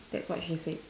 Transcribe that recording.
that's what she said